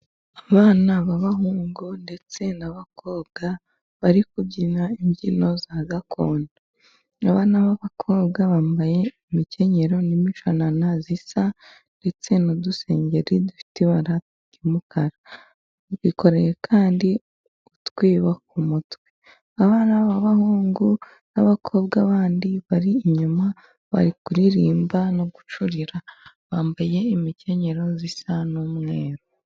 Abana b'abahungu ndetse n'abakobwa bari kubyina imbyino za gakondo abana b'abakobwa bambaye imikenyero, imishanana isa ndetse n'udusengeri dufite ibara ry'umukara, bikoreye kandi utwibo ku mutwe, abana b'abahungu n'abakobwa bandi bari inyuma bari kuririmba no gucurira bambaye imikenyero isa n'umweru.